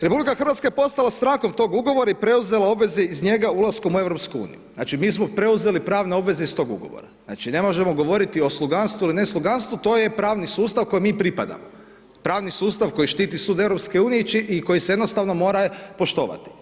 RH je postala … tog ugovora i preuzela obveze iz njega ulaskom u EU, znači mi smo preuzeli pravne obveze iz tog ugovora, znači ne možemo govoriti o sloganstvu ili nesloganstvu, to je pravni sustav kojem mi pripadamo, pravni sustav koji štiti sud EU i koji se jednostavno mora poštovati.